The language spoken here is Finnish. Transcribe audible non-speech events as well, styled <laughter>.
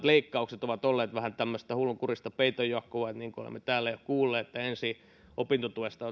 <unintelligible> leikkaukset ovat olleet vähän tämmöistä hullunkurista peiton jatkoa niin kuin olemme täällä jo kuulleet ensin opintotuesta <unintelligible>